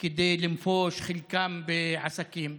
כדי לנפוש, חלקם בעסקים.